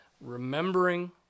remembering